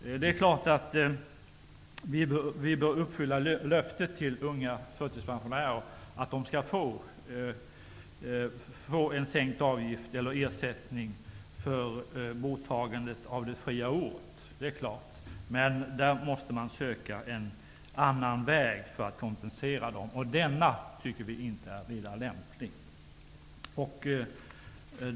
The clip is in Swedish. Det är klart att vi bör uppfylla löftet till unga förtidspensionärer om sänkt avgift eller ersättning för borttagandet av det avgiftsfria året, men vi måste söka en annan väg för att kompensera dem. Detta förslag är inte vidare lämpligt.